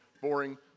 boring